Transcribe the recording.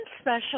special